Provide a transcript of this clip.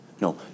No